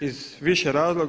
iz više razloga.